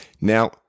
Now